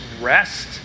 rest